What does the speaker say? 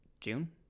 June